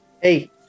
Hey